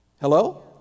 Hello